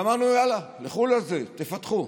אמרנו: יאללה, לכו לזה, תפתחו.